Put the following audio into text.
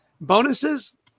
Bonuses